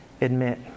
Admit